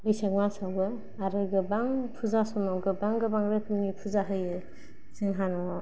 बैसाग मासावबो आरो गोबां फुजा समाव गोबां गोबां रोखोमनि फुजा होयो जोंहा न'आव